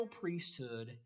priesthood